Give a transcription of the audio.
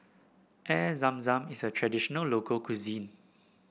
Air Zam Zam is a traditional local cuisine